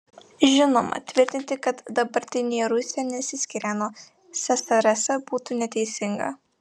žinoma tvirtinti kad dabartinė rusija nesiskiria nuo ssrs būtų neteisinga